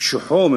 שחומר